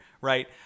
right